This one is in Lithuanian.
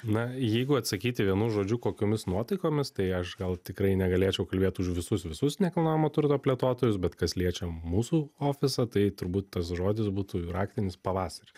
na jeigu atsakyti vienu žodžiu kokiomis nuotaikomis tai aš gal tikrai negalėčiau kalbėt už visus visus nekilnojamo turto plėtotojus bet kas liečia mūsų ofisą tai turbūt tas žodis būtų raktinis pavasarį